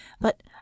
But